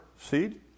seed